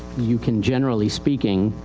you can generally speaking,